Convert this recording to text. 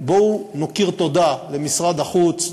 בואו נכיר תודה למשרד החוץ,